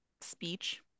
speech